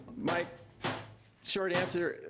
my short answer,